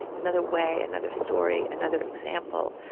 another way, another story, another example,